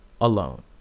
alone